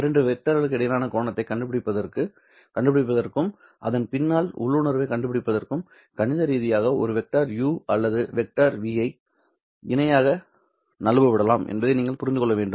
இரண்டு வெக்டர்களுக்கு இடையிலான கோணத்தைக் கண்டுபிடிப்பதற்கும் அதன் பின்னால் உள்ளுணர்வைக் கண்டுபிடிப்பதற்கும் கணித ரீதியாக ஒரு வெக்டர் u அல்லது வெக்டர் v ஐ இணையாக நழுவ விடலாம் என்பதை நீங்கள் புரிந்து கொள்ள வேண்டும்